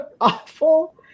awful